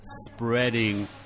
spreading